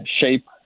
shape